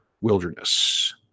wilderness